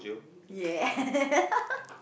ya